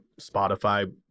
Spotify